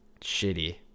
shitty